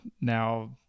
now